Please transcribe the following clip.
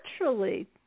naturally